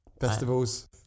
festivals